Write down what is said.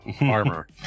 armor